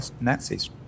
Nazi's